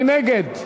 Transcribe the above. מי נגד?